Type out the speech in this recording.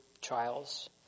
trials